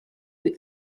who